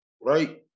right